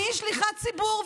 אני שליחת ציבור.